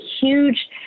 huge